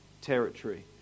territory